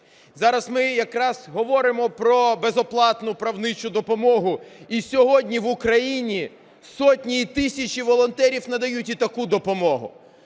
Зараз ми якраз говоримо про безоплатну правничу допомогу. І сьогодні в Україні сотні і тисячі волонтерів надають і таку допомогу.